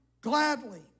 gladly